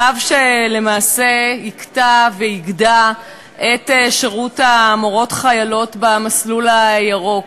צו שלמעשה יקטע ויגדע את שירות המורות-חיילות במסלול הירוק.